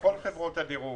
נמצאת בכל חברות הדירוג